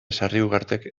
sarriugartek